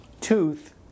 tooth